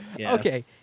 okay